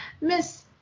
Miss